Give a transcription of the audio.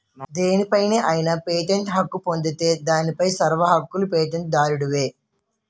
దేనిపై అయినా పేటెంట్ హక్కు పొందితే దానిపై సర్వ హక్కులూ పేటెంట్ దారుడివే